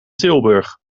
tilburg